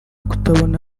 kutabona